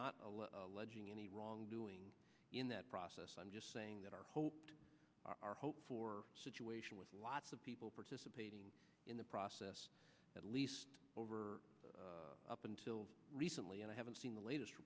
not any wrongdoing in that process i'm just saying that our hope our hope for situation with lots of people participating in the process at least over up until recently and i haven't seen the latest